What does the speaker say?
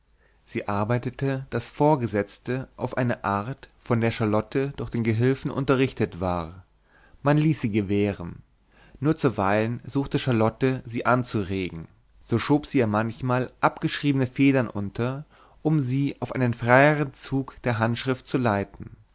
sie arbeitete das vorgesetzte auf eine art von der charlotte durch den gehülfen unterrichtet war man ließ sie gewähren nur zuweilen suchte charlotte sie anzuregen so schob sie ihr manchmal abgeschriebene federn unter um sie auf einen freieren zug der handschrift zu leiten